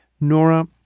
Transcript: Nora